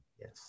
Yes